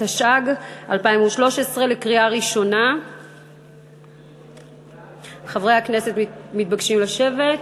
התשע"ג 2013. חברי הכנסת מתבקשים לשבת.